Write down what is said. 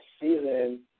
season